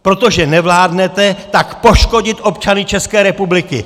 Protože nevládnete, tak poškodit občany České republiky!